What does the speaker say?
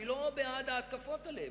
אני לא בעד ההתקפות עליהם,